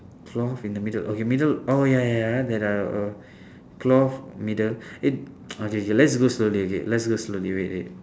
cloth in the middle okay middle oh ya ya there are a cloth middle eh okay K let's go slowly okay let's go slowly wait wait